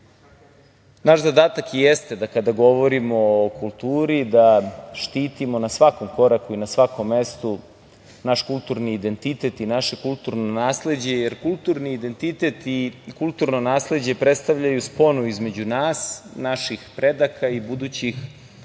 zadatak jeste da kada govorimo o kulturi, da štitimo na svakom koraku i na svakom mestu naš kulturni identitet i naše kulturno nasleđe, jer kulturni identitet i kulturno nasleđe predstavljaju sponu između nas, naših predaka i budućih pokolenja